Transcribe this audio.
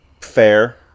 fair